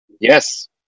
Yes